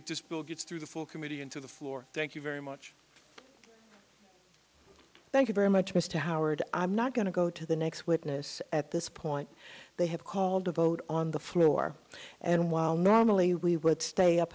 that this bill gets through the full committee and to the floor thank you very much thank you very much mr howard i'm not going to go to the next witness at this point they have called a vote on the floor and while normally we would stay up